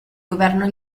governo